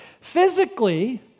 physically